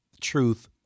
truth